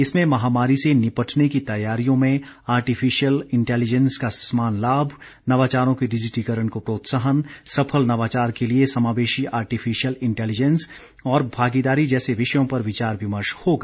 इसमें महामारी से निपटने की तैयारियों में आर्टिफिशियल इंटेलिजेंस का समान लाभ नवाचारों के डिजिटीकरण को प्रोत्साहन सफल नवाचार के लिए समावेशी आर्टिफिशियल इंटेलिजेंस और भागीदारी जैसे विषयों पर विचार विमर्श होगा